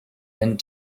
end